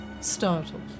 startled